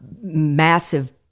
massive